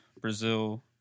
Brazil